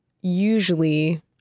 usually